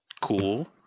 Cool